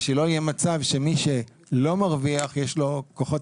ושלא יהיה מצב שמי שלא מרוויח יש לו כוחות